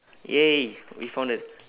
!yay! we found the